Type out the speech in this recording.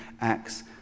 acts